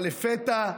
אבל לפתע,